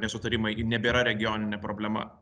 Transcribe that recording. nesutarimai nebėra regioninė problema